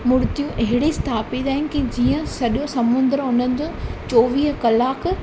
मुर्तियूं अहिड़े स्थापित आहिनि की जीअं सॼो समुंडु उन्हनि जो चोवीह कलाक